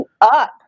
up